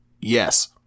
Yes